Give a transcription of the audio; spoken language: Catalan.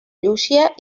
llúcia